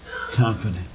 confident